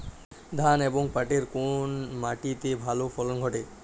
ধান এবং পাটের কোন মাটি তে ভালো ফলন ঘটে?